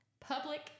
public